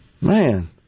Man